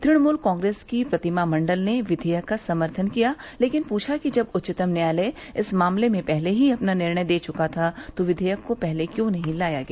तृणमूल कांग्रेस की प्रतिमा मंडल ने विधेयक का समर्थन किया लेकिन पूछा कि जब उच्चतम न्यायालय इस मामले में पहले ही अपना निर्णय दे चुका था तो विधेयक को पहले क्यों नहीं लाया गया